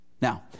Now